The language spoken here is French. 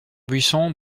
buisson